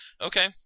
okay